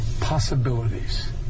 possibilities